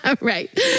Right